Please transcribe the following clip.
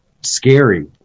scary